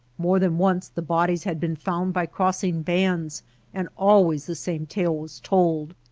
more than once the bodies had been found by crossing bands and always the same tale was told.